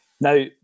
Now